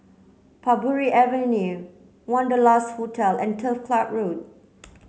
Parbury Avenue Wanderlust Hotel and Turf Club Road